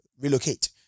relocate